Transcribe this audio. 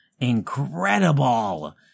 incredible